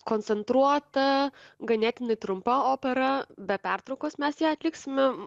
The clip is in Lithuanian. koncentruota ganėtinai trumpa opera be pertraukos mes ją atliksime